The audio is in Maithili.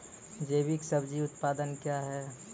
जैविक सब्जी उत्पादन क्या हैं?